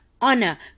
honor